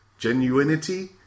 genuinity